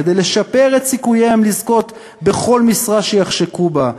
כדי לשפר את סיכוייהם לזכות בכל משרה שיחשקו בה,